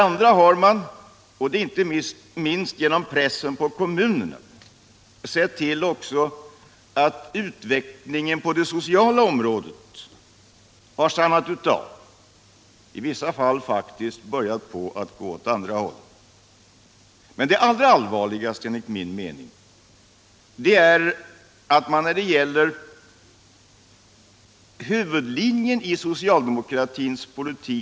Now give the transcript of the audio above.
Vidare har man inte minst genom pressen på kommunerna sett till att utvecklingen på det sociala området har stannat av, i vissa fall faktiskt börjat gå åt andra hållet. Men det allra allvarligaste, enligt min mening, är att man har lyckats kanske allra bäst när det gäller att ändra huvudlinjen i socialdemokratins politik.